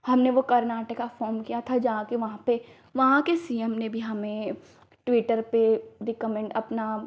हमने वह कर्नाटक फार्म किया था जाकर वहाँ पर वहाँ के सी एम ने भी हमें ट्विटर पर दिया कमेन्ट अपना